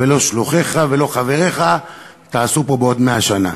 לא שלוחיך ולא חבריך תעשו פה בעוד מאה שנה.